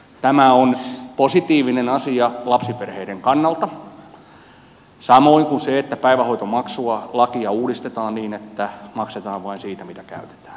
tämä on positiivinen asia lapsiperheiden kannalta samoin kuin se että päivähoitomaksua lakia uudistetaan niin että maksetaan vain siitä mitä käytetään